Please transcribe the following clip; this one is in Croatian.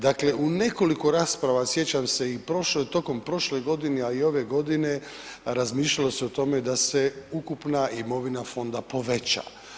Dakle, u nekoliko rasprava, sjećam se i prošle, tokom prošle godine, a i ove godine razmišljalo se o tome da se ukupna imovina fonda poveća.